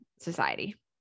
society